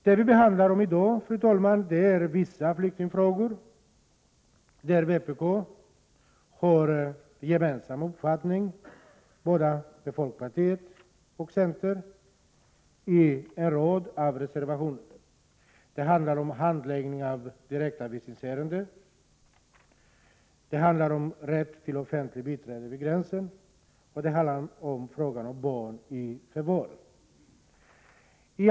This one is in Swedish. Det vi behandlar i dag är vissa flyktingfrågor där vpk framför samma uppfattning som både folkpartiet och centern i en rad av gemensamma reservationer. Det handlar om handläggning av direktavvisningsärenden, det handlar om rätt till offentligt biträde vid gränsen och det handlar om barn i förvaring.